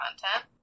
content